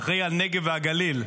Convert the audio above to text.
שאחראי על הנגב והגליל,